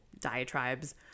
diatribes